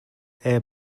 air